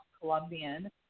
Colombian